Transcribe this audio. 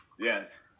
yes